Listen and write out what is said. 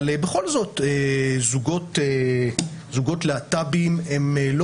אבל בכל זאת זוגות להט"בים הם לא